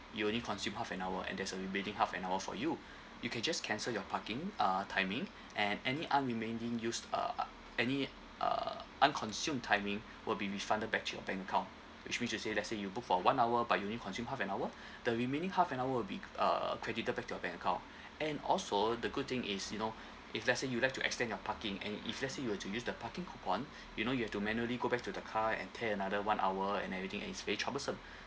you only consume half an hour and there's a remaining half an hour for you you can just cancel your parking uh timing and any unremaining used uh uh any uh unconsumed timing will be refunded back to your bank account which mean to say let's say you book for one hour but you only consumed half an hour the remaining half an hour will be uh credited back to your bank account and also the good thing is you know if let's say you'd like to extend your parking and if let's say you were to use the parking coupon you know you have to manually go back to the car and tear another one hour and everything and it's very troublesome